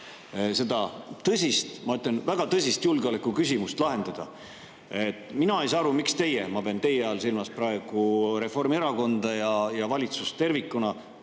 seda tõsist, ma ütlen, väga tõsist julgeolekuküsimust lahendada. Mina ei saa aru, miks teie – ma pean teie all praegu silmas Reformierakonda ja valitsust tervikuna